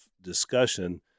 discussion